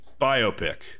Biopic